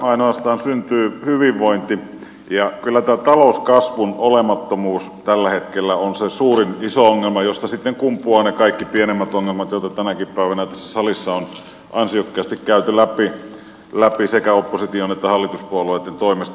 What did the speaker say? ainoastaan työstä syntyy hyvinvointi ja kyllä tämä talouskasvun olemattomuus tällä hetkellä on se suurin iso ongelma josta sitten kumpuavat ne kaikki pienemmät ongelmat joita tänäkin päivänä tässä salissa on ansiokkaasti käyty läpi sekä opposition että hallituspuolueitten toimesta